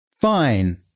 Fine